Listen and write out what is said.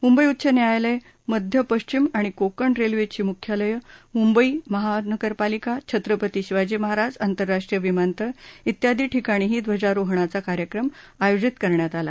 मुंबई उच्च न्यायालय मध्य पश्विम आणि कोकण रेल्वेची मुख्यालयं मुंबई महानगरपालिका छत्रपती शिवाजी महाराज आंतरराष्ट्रीय विमानतळ व्यादी ठिकाणीही ध्वजारोहणचा कार्यक्रम आयोजित करण्यात आला